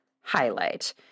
highlight